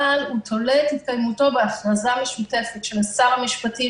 אבל הוא תולה את התקיימותו בהכרזה משותפת של שר המשפטים